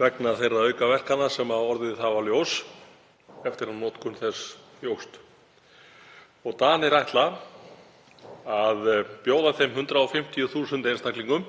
vegna aukaverkana sem hafa komið í ljós eftir að notkun þess jókst. Danir ætla að bjóða þeim 150.000 einstaklingum